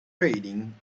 trading